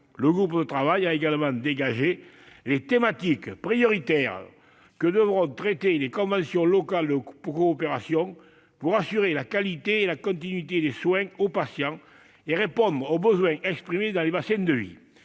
Le groupe de travail a également dégagé les thématiques prioritaires dont devront traiter les conventions locales de coopération pour assurer la qualité et la continuité des soins aux patients et répondre aux besoins exprimés dans les bassins de vie.